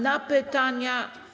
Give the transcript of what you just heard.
Na pytania.